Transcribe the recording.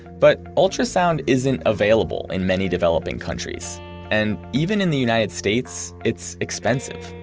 but ultrasound isn't available in many developing countries and even in the united states, it's expensive